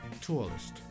Tourist